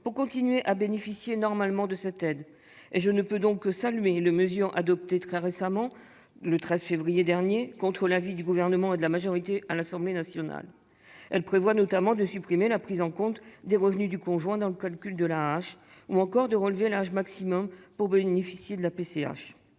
pour continuer à bénéficier normalement de cette aide. Je ne peux donc que saluer les mesures adoptées, le 13 février dernier, contre l'avis du Gouvernement et de la majorité à l'Assemblée nationale. Il s'agit notamment de supprimer la prise en compte des revenus du conjoint dans le calcul de l'AAH et de relever l'âge maximal pour bénéficier de la PCH.